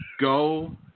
go